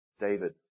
David